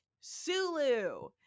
sulu